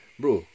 bro